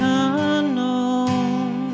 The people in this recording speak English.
unknown